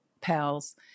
pals